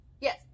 yes